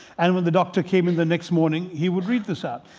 and when the doctor came in the next morning, he would read this out.